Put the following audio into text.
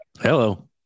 Hello